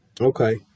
Okay